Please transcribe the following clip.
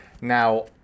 now